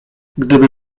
gdyby